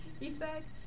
effect